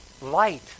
light